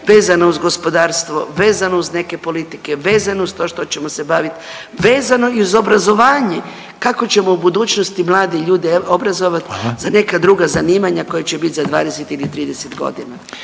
vezano uz gospodarstvo, vezano uz neke politike, vezeno uz to što ćemo se bavit, vezano i uz obrazovanje kako ćemo u budućnosti mlade ljude obrazovat …/Upadica Reiner: Hvala./… za neka druga zanimanja koja će biti za 20 ili 30 godina.